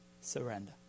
surrender